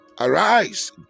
Arise